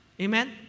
Amen